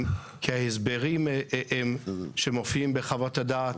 כי ההסברים שמופיעים בחוות הדעת